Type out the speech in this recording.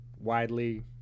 widely